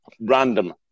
random